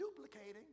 duplicating